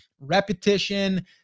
repetition